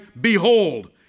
behold